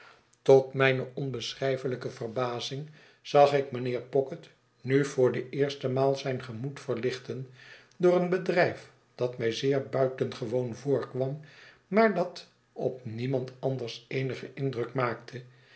tot mijne onbeschrijfelijke verbazing zag ik mijnheer pocket nu voor de eerste maal zijn gemoed verlichten door een bedrijf dat mij zeer buitengewoon voorkwam maar dat op niemand anders eenigen indruk maakte